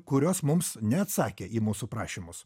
kurios mums neatsakė į mūsų prašymus